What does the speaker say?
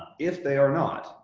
if they are not,